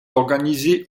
organisé